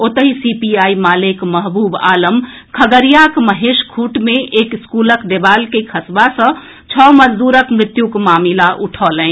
ओतहि सीपीआई मालेक महबूब आलम खगड़िया महेशखूंट मे एक स्कूलक देवाल के खसबा सॅ छओ मजदूरक मृत्युक मामिला उठौलनि